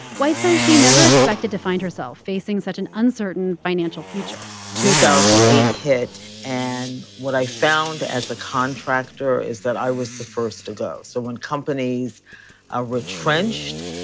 white says she never expected to find herself facing such an uncertain financial future two thousand and eight hit, and what i found as a contractor is that i was the first to go. so when companies ah retrenched,